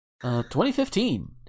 2015